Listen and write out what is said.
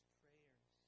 prayers